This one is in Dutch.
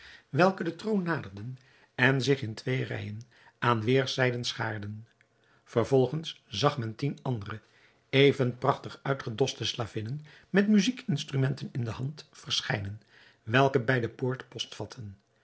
welke den troon naderden en zich in twee rijen aan weêrszijden schaarden vervolgens zag men tien andere even prachtig uitgedoste slavinnen met muzijkinstrumenten in de hand verschijnen welke bij de poort post vatten